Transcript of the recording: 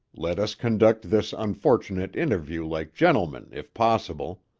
let us conduct this unfortunate interview like gentlemen, if possible.